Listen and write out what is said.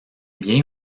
bien